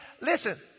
listen